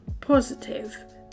positive